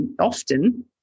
often